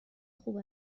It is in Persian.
خوب